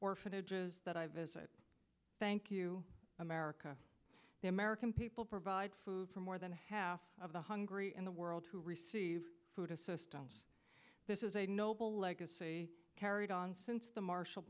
orphanages that i visit thank you america the american people provide food for more than half of the hungry in the world to receive food assistance this is a noble legacy carried on since the mar